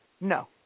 No